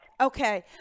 Okay